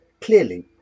Clearly